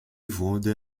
wurde